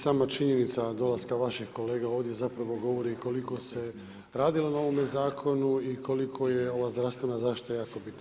Sama činjenica dolaska vašeg kolege ovdje zapravo govori koliko se radilo na ovome zakonu i koliko je ova zdravstvena zaštita jako bitna.